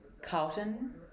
Carlton